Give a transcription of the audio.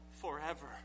forever